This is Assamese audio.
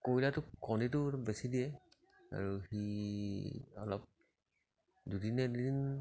কইলাৰটো কণীটো বেছি দিয়ে আৰু সি অলপ দুদিন এদিন